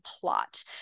plot